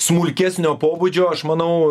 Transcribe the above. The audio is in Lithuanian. smulkesnio pobūdžio aš manau